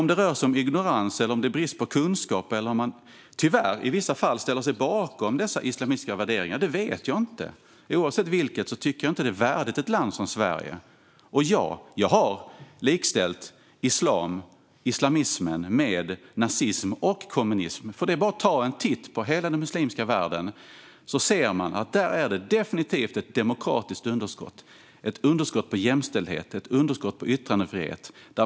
Om det rör sig om ignorans eller brist på kunskap eller om man i vissa fall tyvärr ställer sig bakom dessa islamistiska värderingar vet jag inte. Oavsett vilket tycker jag inte att det är värdigt ett land som Sverige. Ja, jag har likställt islam och islamismen med nazism och kommunism. Det är bara att ta sig en titt på hela den muslimska världen så ser man att det där definitivt finns ett demokratiskt underskott, ett underskott på jämställdhet och ett underskott på yttrandefrihet.